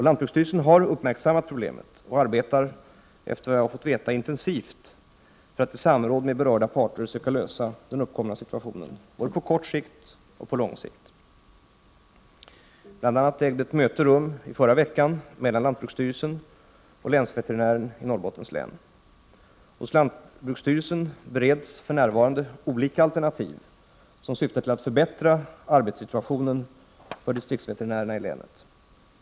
Lantbruksstyrelsen har uppmärksammat problemet och arbetar, efter vad jag har fått veta, intensivt för att i samråd med berörda parter söka lösa den uppkomna situationen både på kort och på lång sikt. Bl. a. ägde ett möte rum i förra veckan mellan lantbruksstyrelsen och länsveterinären i Norrbottens län. Hos lantbruksstyrelsen bereds för närvarande olika alternativ som syftar till att förbättra arbetssituationen för distriktsveterinärerna i länet.